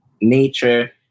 nature